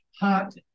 hot